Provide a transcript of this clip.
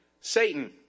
Satan